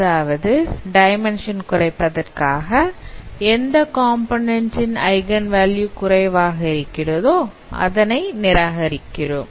அதாவது டைமென்ஷன் குறைப்பதற்காக எந்த காம்போநன்ண்ட் ன் ஐகன் வால்யூ குறைவாக இருக்கிறதோ அதனை நிராகரிக்கிறோம்